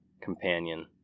companion